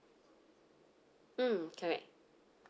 mm correct